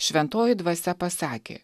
šventoji dvasia pasakė